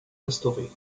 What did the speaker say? restauré